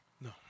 No